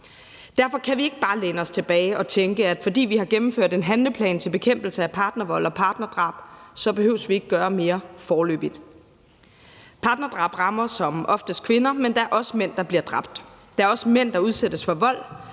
Derfor kan vi ikke bare læne os tilbage og tænke, at fordi vi har gennemført en handleplan til bekæmpelse af partnervold og partnerdrab, så behøver vi ikke gøre mere foreløbig. Partnerdrab rammer som oftest kvinder, men der er også mænd, der bliver dræbt. Der er også mænd, der udsættes for vold.